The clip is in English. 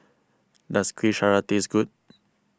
does Kueh Syara taste good